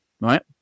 right